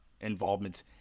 Involvement